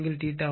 ம்